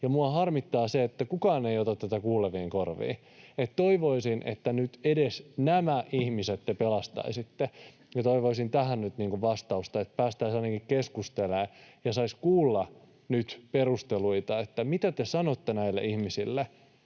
Minua harmittaa se, että kukaan ei ota tätä kuuleviin korviin. Toivoisin, että nyt edes nämä ihmiset te pelastaisitte, ja toivoisin tähän nyt vastausta, niin että päästäisiin ainakin keskustelemaan ja saisi kuulla nyt perusteluita, mitä te sanotte näillä ihmisille,